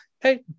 hey